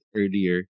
earlier